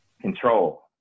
control